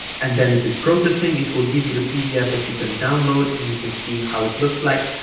and then it is processing it will give you the pdf that you can download and you can see how it looks like